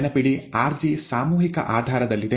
ನೆನಪಿಡಿ rg ಸಾಮೂಹಿಕ ಆಧಾರದಲ್ಲಿದೆ